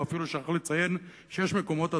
הוא אפילו שכח לציין שיש מקומות,